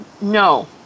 no